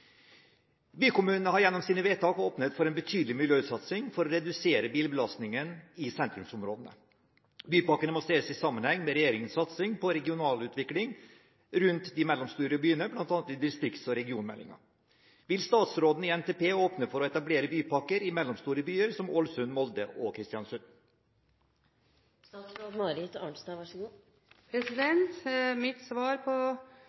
Bypakkene må sees i sammenheng med regjeringens satsing på regionutvikling rundt de mellomstore byene, bl.a. i distrikts- og regionalmeldinga. Vil statsråden åpne for å etablere bypakker i mellomstore byer, som Ålesund, Molde og Kristiansund?»